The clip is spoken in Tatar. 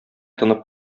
тынып